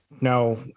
no